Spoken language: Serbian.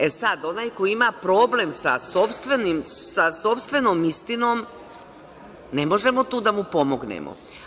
E sad, onaj ko ima problem sa sopstvenom istinom, ne možemo tu da mu pomognemo.